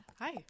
Hi